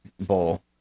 bowl